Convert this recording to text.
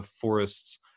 forests